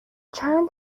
چند